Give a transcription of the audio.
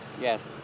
Yes